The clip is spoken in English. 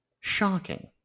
Shocking